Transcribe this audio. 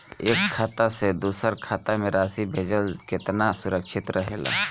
एक खाता से दूसर खाता में राशि भेजल केतना सुरक्षित रहेला?